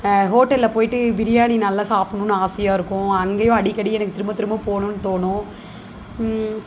ஹோட்டலில் போயிட்டு பிரியாணி நல்லா சாப்பிணுன்னு ஆசையா இருக்கும் அங்கேயும் அடிக்கடி எனக்கு திரும்பத் திரும்ப போகணுன்னு தோணும்